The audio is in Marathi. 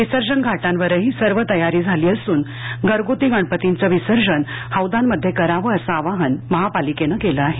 विसर्जन घाटांवरही सर्व तयारी झाली असून घरगुती गणपतींचं विसर्जन हौदांमध्ये करावं असं आवाहन महापालिकेनं केलं आहे